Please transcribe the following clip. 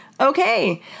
Okay